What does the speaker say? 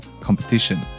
competition